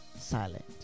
silent